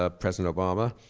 ah president obama,